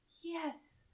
yes